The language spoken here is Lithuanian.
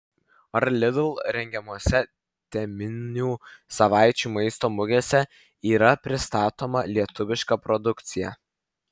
ar lidl rengiamose teminių savaičių maisto mugėse yra pristatoma lietuviška produkcija